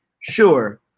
sure